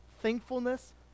Thankfulness